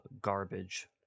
garbage